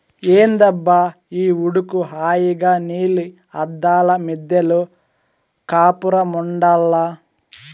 ఏందబ్బా ఈ ఉడుకు హాయిగా నీలి అద్దాల మిద్దెలో కాపురముండాల్ల